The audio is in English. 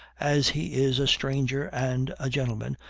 as he is a stranger and a gentleman,